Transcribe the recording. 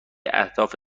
اهداف